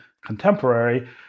contemporary